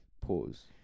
Pause